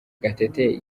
gatete